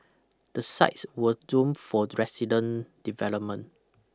the sites were zoned for resident development